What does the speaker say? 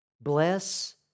Bless